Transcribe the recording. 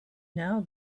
now